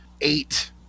eight